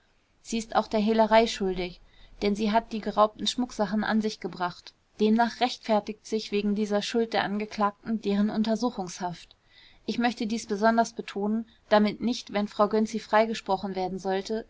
sie ist auch der hehlerei schuldig denn sie hat die geraubten schmucksachen an sich gebracht demnach rechtfertigt sich wegen dieser schuld der angeklagten deren untersuchungshaft ich möchte dies besonders betonen damit nicht wenn frau gönczi freigesprochen werden sollte